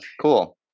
cool